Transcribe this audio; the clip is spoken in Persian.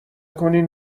کنین